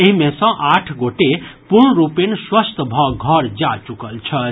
एहि मे सँ आठ गोटे पूर्ण रूपेण स्वस्थ भऽ घर जा चुकल छथि